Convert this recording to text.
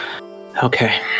Okay